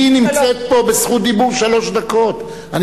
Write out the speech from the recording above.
היא נמצאת פה ברשות דיבור של שלוש דקות ואני